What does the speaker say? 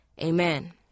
Amen